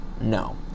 No